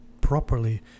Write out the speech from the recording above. properly